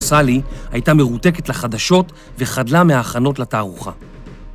סאלי הייתה מרותקת לחדשות וחדלה מההכנות לתערוכה.